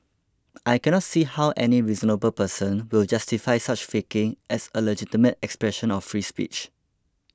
I cannot see how any reasonable person will justify such faking as a legitimate expression of free speech